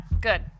Good